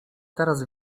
teraz